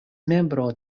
membro